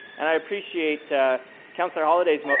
and i appreciate councillor holyday's but